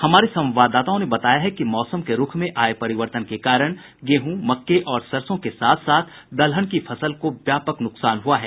हमारे संवाददाताओं ने बताया है कि मौसम के रूख में आये परिवर्तन के कारण गेहूँ मक्के और सरसों के साथ साथ दलहन की फसल को व्यापक नुकसान हुआ है